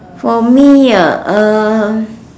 for me ah uh